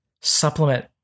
supplement